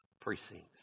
precincts